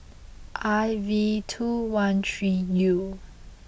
I V two one three U